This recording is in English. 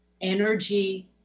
energy